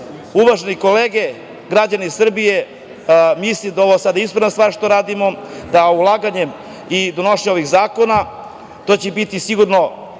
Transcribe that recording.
uvažene kolege, građani Srbije, mislim da je ovo sad ispravna stvar što radimo, da ulaganjem i donošenjem ovih zakona, to će biti sigurno